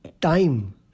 time